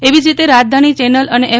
એવી જ રીતે રાજધાની ચેનલ અને એફ